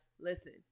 listen